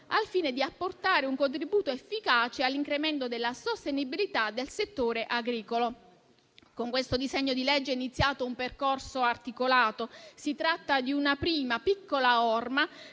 al fine di apportare un contributo efficace all'incremento della sostenibilità del settore agricolo. Con il disegno di legge in discussione è iniziato un percorso articolato. Si tratta di una prima piccola orma,